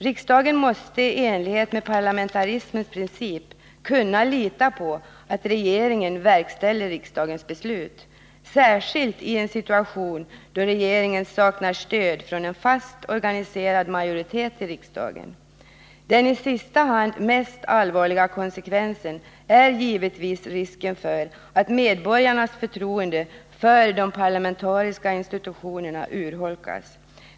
Riksdagen måste i enlighet med parlamentarismens princip kunna lita på att regeringen verkställer riksdagens beslut, särskilt i en situation där regeringen saknar stöd från en fast organiserad majoritet i riksdagen. Den i sista hand mest allvarliga konsekvensen är givetvis risken för att medborgarnas förtroende för de parlamentariska institutionerna urholkas.